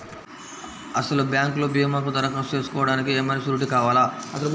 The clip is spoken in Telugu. అసలు బ్యాంక్లో భీమాకు దరఖాస్తు చేసుకోవడానికి ఏమయినా సూరీటీ కావాలా?